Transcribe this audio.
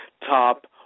top